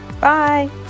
Bye